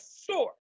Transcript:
sure